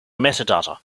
metadata